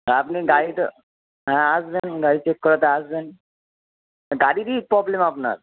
আপনি গাড়িটা হ্যাঁ আসবেন গাড়ি চেক করাতে আসবেন গাড়িরই প্রবলেম আপনার